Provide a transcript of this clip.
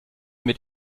mit